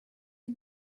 you